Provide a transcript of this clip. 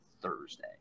Thursday